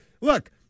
Look